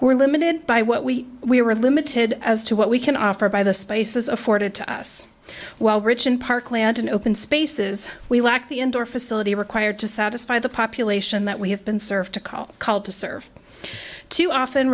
were limited by what we we were limited as to what we can offer by the spaces afforded to us while rich in parkland and open spaces we lacked the indoor facility required to satisfy the population that we have been served to call called to serve too often